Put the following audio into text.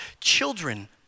children